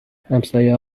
همسایه